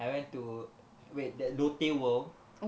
I went to wait that lotte world